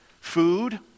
Food